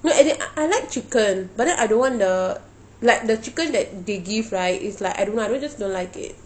as I like chicken but then I don't want the like the chicken that they give right is like I don't know I just don't like it